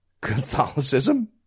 Catholicism